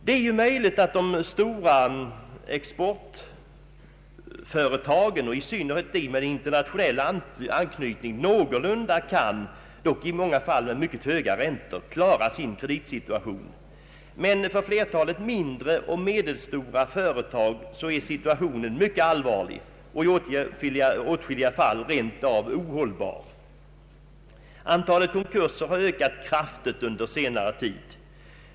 Det är möjligt att de stora exportföretagen och i synnerhet de med internationell anknytning «någorlunda kan, dock mot i många fall mycket höga räntor, klara sin kreditsituation, men för flertalet mindre och medelstora företag är situationen mycket allvarlig och i åtskilliga fall rent av ohållbar. Antalet konkurser har ökat kraftigt under senare tid.